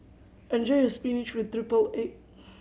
enjoy your spinach with triple egg